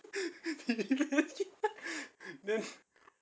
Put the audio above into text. then